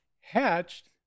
hatched